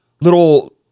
little